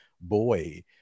boy